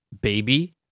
baby